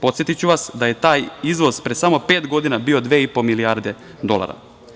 Podsetiću vas da je taj izvoz pre samo pet godina bio 2,5 milijarde dolara.